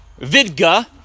Vidga